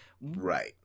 right